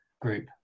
group